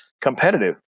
competitive